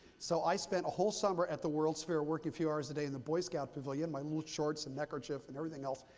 so i spent a whole summer at the world's fair working a few hours a day in the boy scout pavilion, my little shorts and neckerchief and everything else,